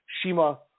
Shima